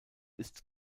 ist